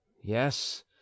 Yes